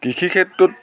কৃষি ক্ষেত্ৰত